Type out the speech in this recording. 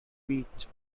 beach